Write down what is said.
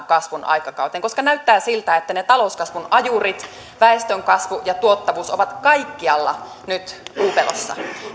kasvun aikakauteen koska näyttää siltä että ne talouskasvun ajurit väestön kasvu ja tuottavuus ovat kaikkialla nyt uupelossa